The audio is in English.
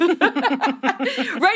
Right